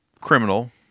criminal